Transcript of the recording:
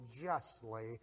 justly